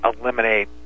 eliminate